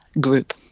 group